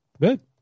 Good